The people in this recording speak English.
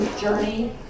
journey